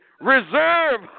Reserve